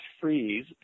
freeze